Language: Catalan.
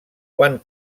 quan